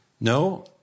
No